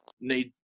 need